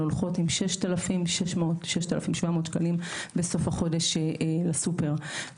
הולכות עם 6,700 שקלים בסוף החודש לסופר.